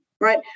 right